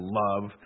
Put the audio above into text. love